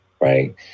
right